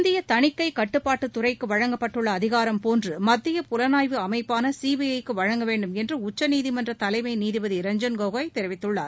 இந்திய தணிக்கை கட்டுப்பாட்டுத்துறைக்கு வழங்கப்பட்டுள்ள அதிகாரம் போன்று மத்திய புலாணய்வு அமைப்பான சிபிறக்கு வழங்க வேண்டும் என்று உச்சநீதிமன்ற தலைமை நீதிபதி ரஞ்சன் கோகாய் தெரிவித்துள்ளார்